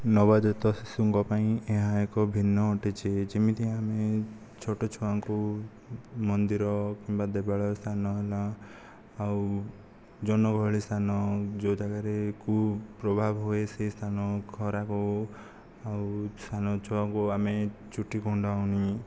ନବଜାତ ଶିଶୁଙ୍କ ପାଇଁ ଏହା ଏକ ଭିନ୍ନ ଅଟିଛି ଯେମିତି ଆମେ ଛୋଟ ଛୁଆଙ୍କୁ ମନ୍ଦିର କିମ୍ବା ଦେବାଳୟ ସ୍ଥାନ ହେଲା ଆଉ ଜନଗହଳି ସ୍ଥାନ ଯେଉଁ ଜାଗାରେ କୁପ୍ରଭାବ ହୁଏ ସେ ସ୍ଥାନ ଖରା ହେଉ ଆଉ ସାନ ଛୁଆଙ୍କୁ ଆମେ ଚୁଟି କୁଣ୍ଡାଉନି